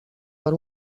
per